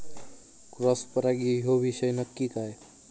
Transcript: Cross परागी ह्यो विषय नक्की काय?